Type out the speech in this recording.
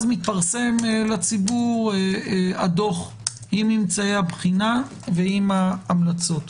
אז מתפרסם לציבור הדוח עם ממצאי הבחינה ועם ההמלצות.